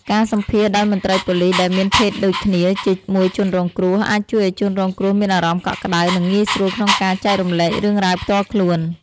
ការសម្ភាសន៍ដោយមន្ត្រីប៉ូលិសដែលមានភេទដូចគ្នាជាមួយជនរងគ្រោះ អាចជួយឲ្យជនរងគ្រោះមានអារម្មណ៍កក់ក្ដៅ និងងាយស្រួលក្នុងការចែករំលែករឿងរ៉ាវផ្ទាល់ខ្លួន។